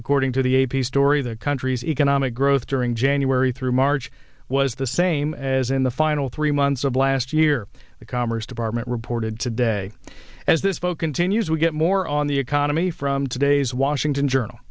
according to the a p story the country's economic growth during january through march was the same as in the final three months of last year the commerce department reported today as a spoken to news we get more on the economy from today's washington journal